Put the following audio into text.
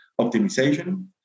optimization